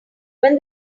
when